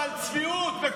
והצביעות.